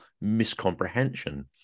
miscomprehension